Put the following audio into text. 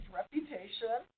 reputation